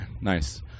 nice